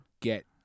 get